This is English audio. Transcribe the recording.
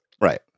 Right